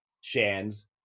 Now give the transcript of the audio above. Shans